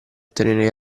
tenere